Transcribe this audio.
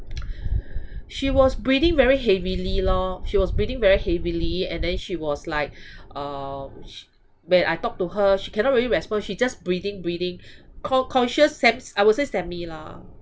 she was breathing very heavily lor she was breathing very heavily and then she was like uh she when I talk to her she cannot really respond she just breathing breathing con~ conscious sem~ I will say semi lah